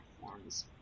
platforms